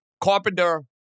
Carpenter